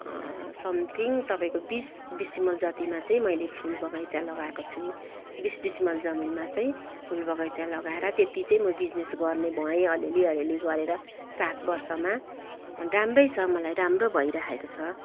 something तपाईँको बिस decimal जतिमा चाहिँ मैले फुल बगैँचा लगाएको छु बिस डेसिमल जमिनमा चाहिँ फुल बगैँचा लगाएर त्यति चाहिँ म बिजनेस गर्ने भएँ अलिअलि अलिअलि गरेर सात बर्षमा राम्रै छ मलाई राम्रो भइराखेको छ